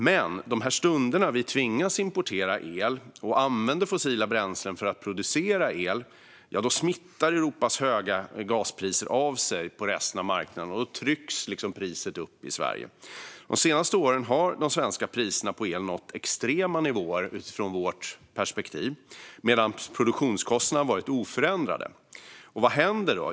Men de stunder då vi tvingas importera el och använder fossila bränslen för att producera el smittar Europas höga gaspriser av sig på resten av marknaden, och då trycks priset upp i Sverige. De senaste åren har de svenska priserna på el nått extrema nivåer utifrån vårt perspektiv, medan produktionskostnaderna har varit oförändrade. Och vad händer då?